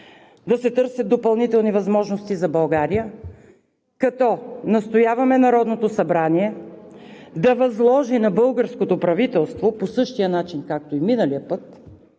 да се търсят допълнителни възможности за България. Настояваме Народното събрание да възложи на българското правителство – по същия начин, както и миналия път,